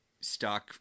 stock